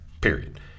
Period